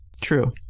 True